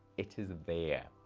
it is there.